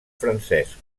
francesc